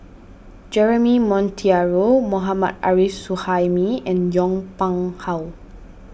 Jeremy Monteiro Mohammad Arif Suhaimi and Yong Pung How